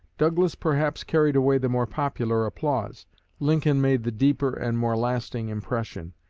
douglas perhaps carried away the more popular applause lincoln made the deeper and more lasting impression.